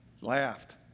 Laughed